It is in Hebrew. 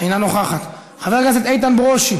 אינה נוכחת, חבר הכנסת איתן ברושי